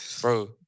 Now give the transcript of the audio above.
Bro